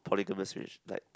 polygamous age like